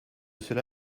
cela